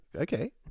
Okay